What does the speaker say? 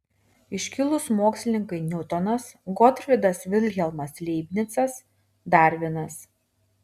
iškilūs mokslininkai niutonas gotfrydas vilhelmas leibnicas darvinas